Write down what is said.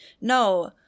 No